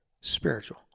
spiritual